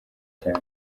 cyane